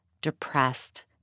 depressed